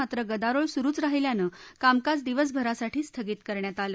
मात्र गदरोळ सुरुच राहिल्यानं कामकाज दिवसभरासाठी स्थगित करण्यात आलं